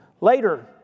Later